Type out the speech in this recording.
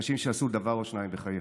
אנשים שעשו דבר או שניים בחייהם.